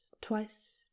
twice